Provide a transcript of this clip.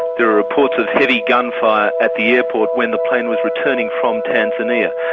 there are reports of heavy gunfire at the airport when the plane was returning from tanzania.